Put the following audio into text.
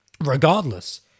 Regardless